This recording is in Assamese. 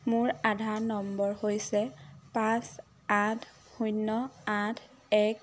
মোৰ আধাৰ নম্বৰ হৈছে পাঁচ আঠ শূন্য আঠ এক